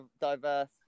diverse